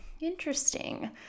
interesting